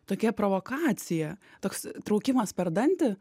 tokia provokacija toks traukimas per dantį